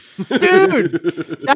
Dude